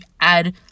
add